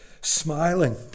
smiling